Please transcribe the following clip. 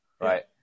right